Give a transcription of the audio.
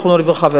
זיכרונו לברכה,